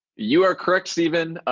you are correct, stephen,